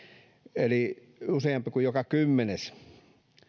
eli useampi kuin joka kymmenes